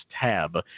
tab